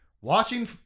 watching